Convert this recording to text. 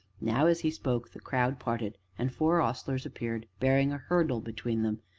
now, as he spoke, the crowd parted, and four ostlers appeared, bearing a hurdle between them,